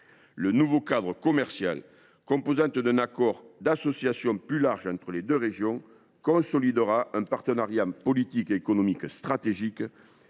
Le nouveau cadre commercial, composante d’un accord d’association plus large entre les deux régions, consolidera un partenariat politique et économique stratégique